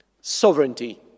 Sovereignty